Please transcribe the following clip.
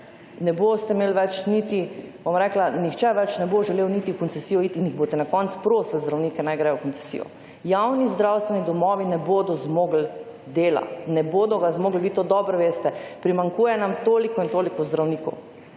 ne boste imeli več niti, bom rekla, nihče več ne bo želel niti v koncesijo iti in boste na koncu prisili zdravnike naj gredo v koncesijo. Javni zdravstveni domovi ne bodo zmogli dela. Ne bodo zmogli. Vi to dobro veste. Primanjkuje nam toliko in toliko zdravnikov.